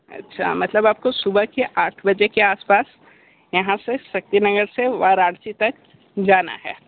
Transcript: अच्छा मतलब आपको सुबह के आठ बजे के आसपास यहाँ से शक्तिनगर से वाराणसी तक जाना है